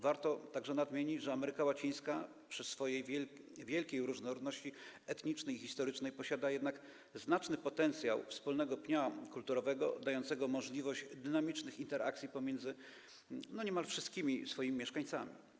Warto także nadmienić, że Ameryka Łacińska, przy swojej wielkiej różnorodności etnicznej i historycznej, posiada jednak znaczny potencjał wspólnego pnia kulturowego, dającego możliwość dynamicznych interakcji pomiędzy niemal wszystkimi swoimi mieszkańcami.